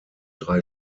drei